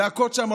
להכות שם?